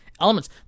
elements